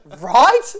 Right